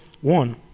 one